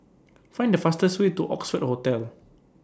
Find The fastest Way to Oxford Hotel